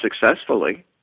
successfully